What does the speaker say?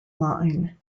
line